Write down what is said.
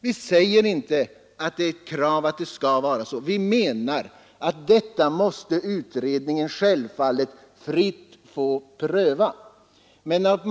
Det är inte ett krav att det skall vara så, utan självfallet måste utredningen fritt få pröva detta.